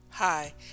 Hi